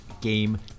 game